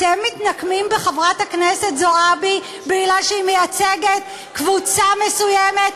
אתם מתנקמים בחברת הכנסת זועבי מפני שהיא מייצגת קבוצה מסוימת,